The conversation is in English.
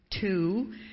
two